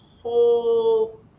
whole